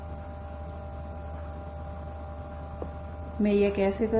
मैं यह कैसे करूँ